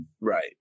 Right